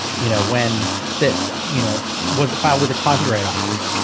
you know, when this you know, was it filed with the copyright office,